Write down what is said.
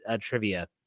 trivia